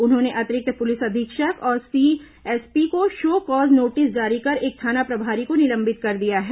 उन्होंने अतिरिक्त पुलिस अधीक्षक और सीएसपी को शो कॉज नोटिस जारी कर एक थाना प्रभारी को निलंबित कर दिया है